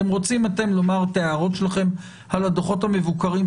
אתם רוצים לומר את ההערות שלכם על הדוחות המבוקרים,